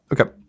Okay